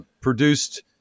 produced